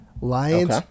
Lions